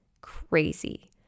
crazy